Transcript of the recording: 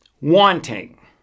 Wanting